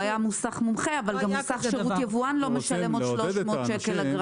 לא היה מוסך מומחה אבל גם מוסך שירות יבואן לא משלם עוד 300 שקלים.